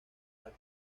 and